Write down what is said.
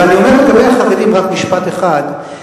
ואני אומר לגבי החרדים רק משפט אחד: